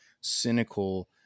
cynical